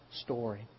story